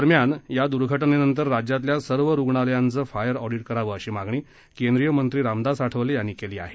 दरम्यान या घटनेनंतर राज्यातल्या सर्व रुग्णालयांचं फायर ऑडीट करावं अशी मागणी केंद्रीय मंत्री रामदास आठवले यांनी केली आहे